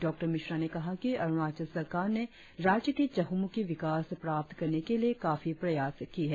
डॉ मिश्रा ने कहा कि अरुणाचल सरकार ने राज्य की चहुँमुखी विकास प्राप्त करने के लिए काफी मेहनत की है